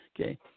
Okay